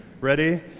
Ready